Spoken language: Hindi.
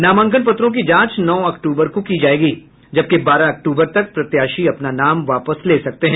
नामांकन पत्रों की जांच नौ अक्टूबर को की जायेगी जबकि बारह अक्टूबर तक प्रत्याशी अपना नाम वापस ले सकते हैं